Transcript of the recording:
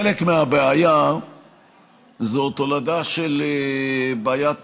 חלק מהבעיה זה תולדה של בעיית